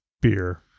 beer